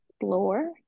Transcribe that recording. explore